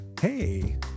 Hey